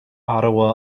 ottawa